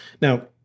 Now